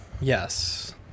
Yes